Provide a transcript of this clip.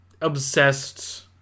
obsessed